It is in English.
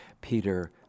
Peter